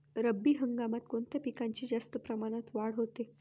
रब्बी हंगामात कोणत्या पिकांची जास्त प्रमाणात वाढ होते?